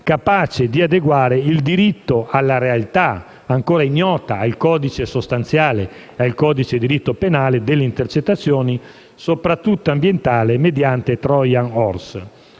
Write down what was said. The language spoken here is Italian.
capace di adeguare il diritto alla realtà, ancora ignota al codice sostanziale e al codice di diritto penale, dell'intercettazione, soprattutto ambientale, mediante *trojan horse*.